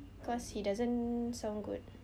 cause he doesn't sound good